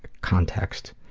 context,